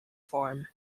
form